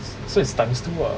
so is times two ah